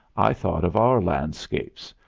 i thought of our landscape,